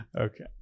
Okay